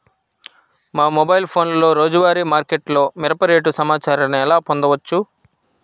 మా మొబైల్ ఫోన్లలో రోజువారీ మార్కెట్లో మిరప రేటు సమాచారాన్ని ఎలా పొందవచ్చు?